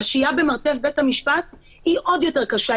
השהייה במרתף בית המשפט היא עוד יותר קשה,